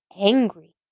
angry